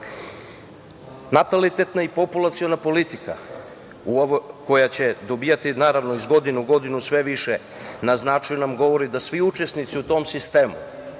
dece. Natalitetna i populaciona politika koja će dobijati, naravno, iz godine u godinu sve više na značaju nam govori da će svi učenici u tom sistemu,